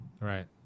right